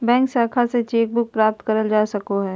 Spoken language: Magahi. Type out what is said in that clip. बैंक शाखा से चेक बुक प्राप्त करल जा सको हय